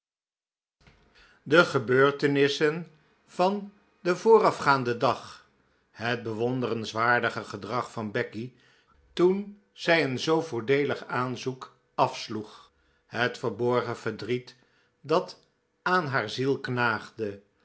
de gebeurtenissen van den voorafgaanden dag het bewonderenswaardige gedrag van becky toen zij een zoo voordeelig aanzoek afsloeg het verborgen verdriet dat aan haar ziel knaagde